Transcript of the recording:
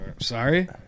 Sorry